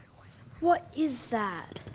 what is that?